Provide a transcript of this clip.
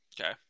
Okay